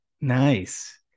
Nice